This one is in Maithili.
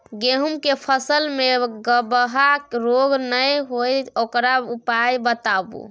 गेहूँ के फसल मे गबहा रोग नय होय ओकर उपाय बताबू?